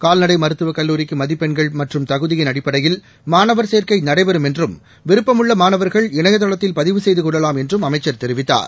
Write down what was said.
கால்நடை மருத்துவக் கல்லூரிக்கு மதிப்பெண்கள் மற்றும் தகுதியின் அடிப்படையில் மாணவர் சேர்க்கை நடைபெறும் என்றும் விருப்பம் உள்ள மானவர்கள் இணையதளத்தில் பதிவு செய்து கொள்ளவாம் என்றும் அமைச்சர் தெரிவித்தார்